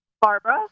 Barbara